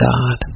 God